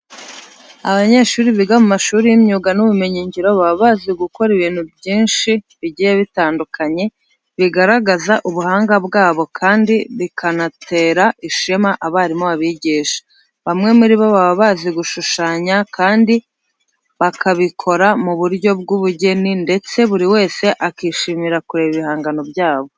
Abanyeshuri biga mu mashuri y'imyuga n'ubumenyingiro baba bazi gukora ibintu byinshi bigiye bitandukanye bigaragaza ubuhanga bwabo kandi bikanatera ishema abarimu babigisha. Bamwe muri bo baba bazi gushushanya kandi bakabikora mu buryo bw'ubugeni ndetse buri wese akishimira kureba ibihangano byabo.